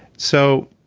so,